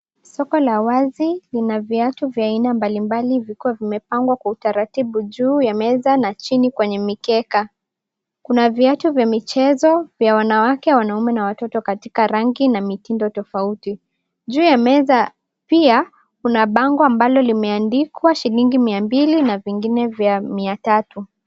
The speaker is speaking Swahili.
Soko la wazi lina viatu vya aina mbalimbali vikiwa vimepangwa kwa utaratibu juu ya meza na chini kwenye mikeka kuna viatu vya michezo vya wanaume wanawake watoto katika rangi na mitindo tofauti juu ya meza pia kuna bango ambalo limeandikwa shilingi mia mbili na vingine vya mia tatu.